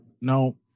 No